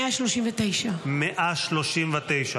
139. וכעת?